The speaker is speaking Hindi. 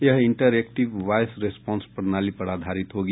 यह इंटरएक्टिव वायस रेस्पोंस प्रणाली पर आधारित होगी